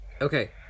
Okay